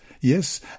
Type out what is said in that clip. Yes